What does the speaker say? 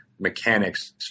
mechanics